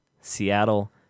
Seattle